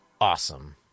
awesome